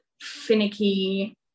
finicky